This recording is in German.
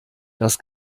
das